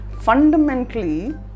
fundamentally